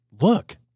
look